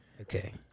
Okay